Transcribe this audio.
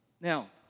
Now